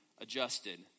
adjusted